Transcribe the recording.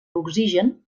oxigen